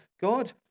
God